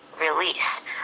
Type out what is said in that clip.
release